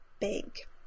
bank